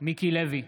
מיקי לוי,